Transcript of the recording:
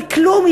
היא כלום,